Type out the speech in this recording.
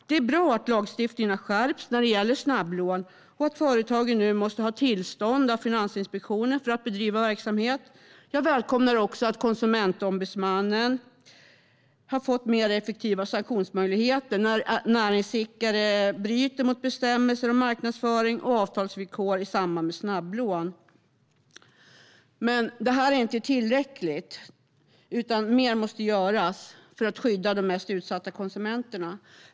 Det är bra att lagstiftningen skärps när det gäller snabblån och att företagen nu måste ha tillstånd av Finansinspektionen för att bedriva verksamhet. Jag välkomnar också att Konsumentombudsmannen har fått effektivare sanktionsmöjligheter när näringsidkare bryter mot bestämmelser om marknadsföring och avtalsvillkor i samband med snabblån. Det här är dock inte tillräckligt, utan mer måste göras för att skydda de mest utsatta konsumenterna.